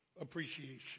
appreciation